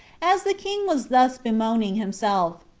as the king was thus bemoaning himself,